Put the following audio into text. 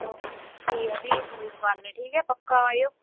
हां ठीक ऐ फ्ही ओएओ कल पक्का आएओ